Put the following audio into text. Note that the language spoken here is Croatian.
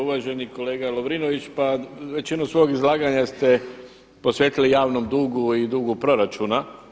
Uvaženi kolega Lovrinović, pa većinu svog izlaganja ste posvetili javnom dugu i dugu proračuna.